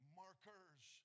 markers